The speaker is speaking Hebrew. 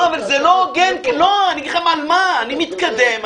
זה לא הוגן, אני מתקדם,